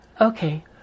okay